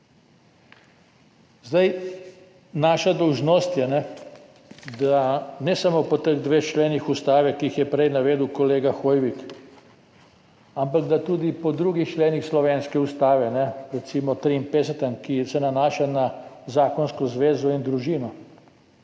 naprej. Naša dolžnost je, ne samo po teh dveh členih ustave, ki jih je prej navedel kolega Hoivik, ampak da tudi po drugih členih slovenske ustave, recimo 53., ki se nanaša na zakonsko zvezo in družino,